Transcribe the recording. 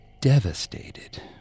devastated